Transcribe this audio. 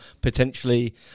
potentially